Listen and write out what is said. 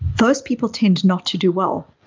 those people tend not to do well.